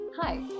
Hi